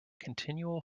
continual